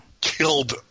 Killed